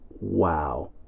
Wow